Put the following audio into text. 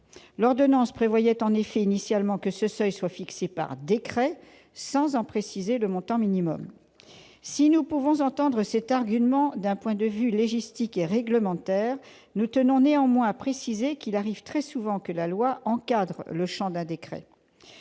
l'ordonnance prévoyait initialement que ce seuil serait fixé par décret, sans en préciser le montant minimum. Si nous pouvons entendre cet argument d'un point de vue légistique et réglementaire, nous tenons à préciser qu'il arrive très souvent que la loi encadre le champ d'un décret.